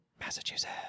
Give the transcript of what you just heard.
Massachusetts